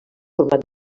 format